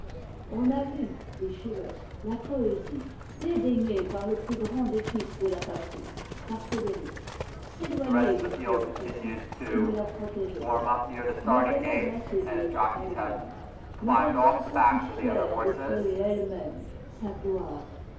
on a vu dit schiller la poésie dédaignée par le plus grand des fils de la patrie par frédéric s'éloigner du trône puissant qui ne la protégeait pas mais elle osa se dire allemande mais elle se sentit fière de créer elle-même sa gloire